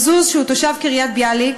מזוז, שהוא תושב קריית-ביאליק,